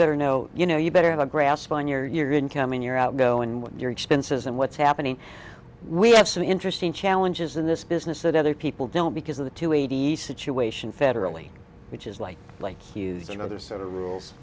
better know you know you better have a grasp on your year incoming your outgo in with your expenses and what's happening we have some interesting challenges in this business that other people don't because of the two eighty situation federally which is like like using another set of rules